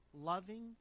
loving